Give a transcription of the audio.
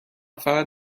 فقط